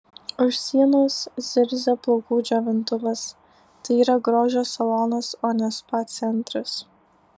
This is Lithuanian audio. už sienos zirzia plaukų džiovintuvas tai yra grožio salonas o ne spa centras